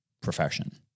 profession